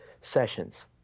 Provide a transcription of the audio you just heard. sessions